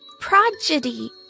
prodigy